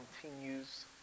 continues